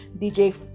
DJ